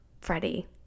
Freddie